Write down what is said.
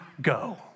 go